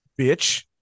bitch